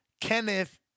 Kenneth